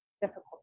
difficult